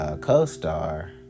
co-star